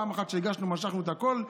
פעם אחת כשהגשנו, משכנו את הכול.